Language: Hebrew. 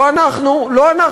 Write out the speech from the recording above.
לא אנחנו.